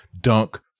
dunk